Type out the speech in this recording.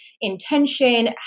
intention